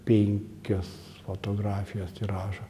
penkios fotografijos tiražą